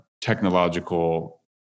technological